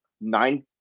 nine